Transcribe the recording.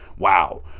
wow